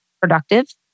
productive